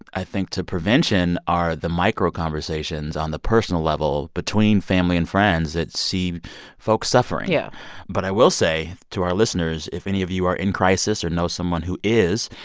i think, to prevention are the micro conversations on the personal level, between family and friends that see folks suffering yeah but i will say to our listeners, if any of you are in crisis or know someone who is,